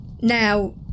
Now